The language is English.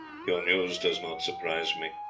your news does not surprise me,